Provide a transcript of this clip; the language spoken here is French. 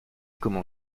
comment